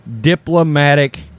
diplomatic